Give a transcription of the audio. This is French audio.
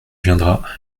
viendra